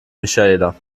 michaela